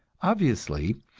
obviously,